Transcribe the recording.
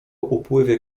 upływie